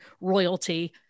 royalty